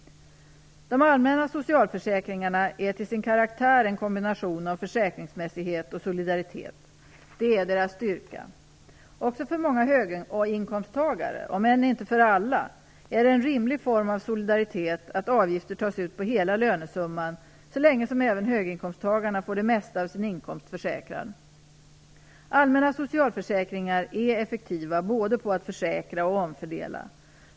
De allmänna socialförsäkringarna är till sin karaktär en kombination av försäkringsmässighet och solidaritet. Det är deras styrka. Också för många höginkomsttagare - om än inte för alla - är det en rimlig form av solidaritet att avgifter tas ut på hela lönesumman, så länge som även höginkomsttagarna får det mesta av sin inkomst försäkrad. Allmänna socialförsäkringar är effektiva när det gäller både att försäkra och att omfördela.